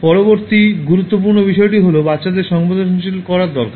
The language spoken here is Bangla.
পরবর্তী গুরুত্বপূর্ণ বিষয়টি হল বাচ্চাদের সংবেদনশীল করা দরকার